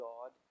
God